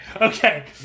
okay